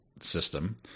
system